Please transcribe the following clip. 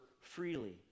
freely